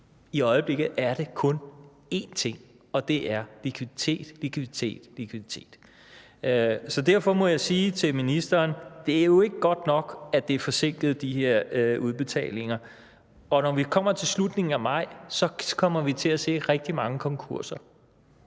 I øjeblikket er det kun en ting, og det er likviditet, likviditet, likviditet. Derfor må jeg sige til ministeren, at det jo ikke er godt nok, at de her udbetalinger er forsinkede. Når vi kommer til slutningen af maj, kommer vi til at se rigtig mange konkurser;